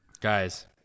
Guys